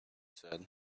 said